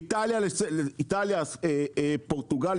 באיטליה ופורטוגל,